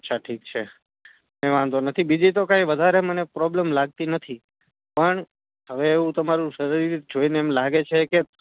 અચ્છા ઠીક છે કંઈ વાંધો નથી બીજી તો કંઈ વધારે મને પ્રોબ્લેમ લાગતી નથી પણ હવે એવું તમારું શરીર જોઇને એમ લાગે છે કે